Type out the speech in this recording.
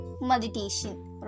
meditation